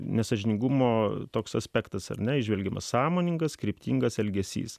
nesąžiningumo toks aspektas ar neįžvelgiamas sąmoningas kryptingas elgesys